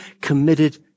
committed